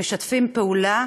משתפים פעולה